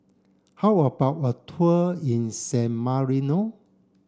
how about a tour in San Marino